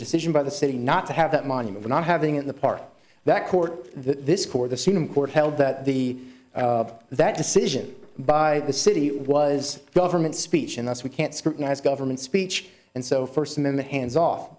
a decision by the city not to have that monument or not having it the part that court this court the scene in court held that the of that decision by the city was government speech and thus we can't scrutinize government speech and so first amendment hands off